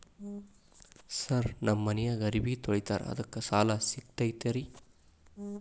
Sir ನಮ್ಮ ಮನ್ಯಾಗ ಅರಬಿ ತೊಳಿತಾರ ಅದಕ್ಕೆ ಸಾಲ ಸಿಗತೈತ ರಿ?